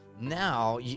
Now